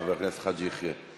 חבר הכנסת חאג' יחיא.